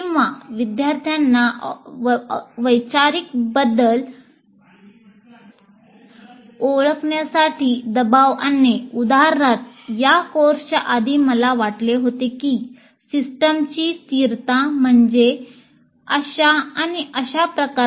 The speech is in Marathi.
किंवा विद्यार्थ्यांना वैचारिक बदल ओळखण्यासाठी दबाव आणणे उदाहरणार्थ या कोर्सच्या आधी मला वाटले होते की सिस्टमची स्थिरता म्हणजे अशा आणि अशा प्रकारच्या